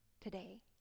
today